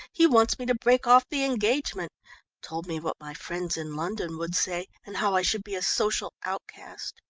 he wants me to break off the engagement told me what my friends in london would say, and how i should be a social outcast.